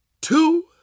two